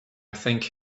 think